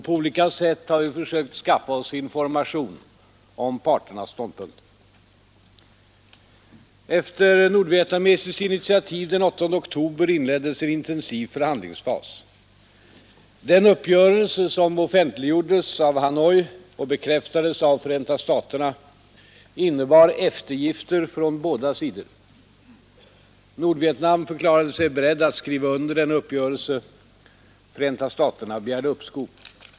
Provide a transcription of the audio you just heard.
På olika sätt har vi försökt skaffa oss informationer om parternas ståndpunkter. Efter nordvietnamesiskt initiativ den 8 oktober inleddes en intensiv förhandlingsfas. Den uppgörelse som offentliggjordes av Hanoi och bekräftades av Förenta staterna innebar eftergifter från båda sidor. Nordvietnam förklarade sig berett att skriva under denna uppgörelse. Förenta staterna begärde uppskov.